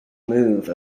move